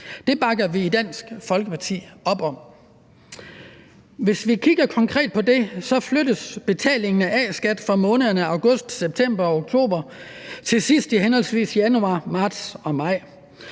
Det bakker vi i Dansk Folkeparti op om. Hvis vi kigger konkret på det, flyttes betalingen af A-skat for månederne august, september og oktober til sidst i henholdsvis januar, marts og maj.